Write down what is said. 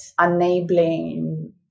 enabling